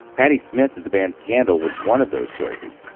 patty smyth of the band scandal was one of those choices.